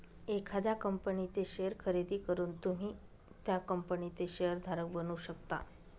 एखाद्या कंपनीचे शेअर खरेदी करून तुम्ही त्या कंपनीचे शेअर धारक बनू शकता